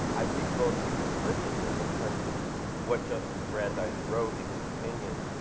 i think both explicitly in terms of what justice brandeis wrote in his opinions,